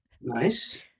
Nice